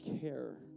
care